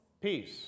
peace